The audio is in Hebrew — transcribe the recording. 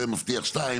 זה מבטיח שתיים,